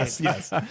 yes